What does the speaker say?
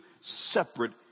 separate